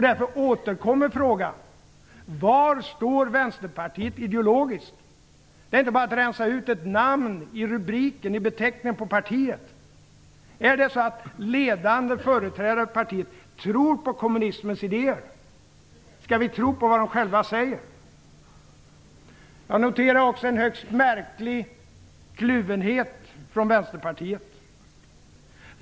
Därför återkommer frågan: Var står Vänsterpartiet ideologiskt? Det är inte bara att rensa ut ett namn i beteckningen på partiet. Är det så att ledande företrädare för partiet tror på kommunismens idéer? Skall vi tro på vad de själva säger? Jag noterar också en högst märklig kluvenhet från Vänsterpartiet.